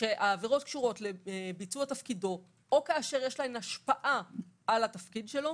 שהעבירות קשורות לביצוע תפקידו או כאשר יש להן השפעה על התפקיד שלו